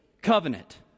covenant